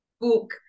book